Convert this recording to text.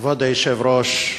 כבוד היושב-ראש,